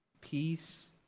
peace